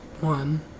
one